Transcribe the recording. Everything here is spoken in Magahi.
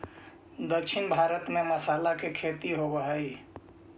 दक्षिण भारत में मसाला के खेती होवऽ हइ